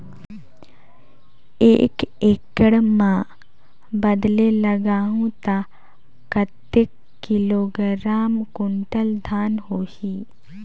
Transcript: एक एकड़ मां बदले लगाहु ता कतेक किलोग्राम कुंटल धान होही?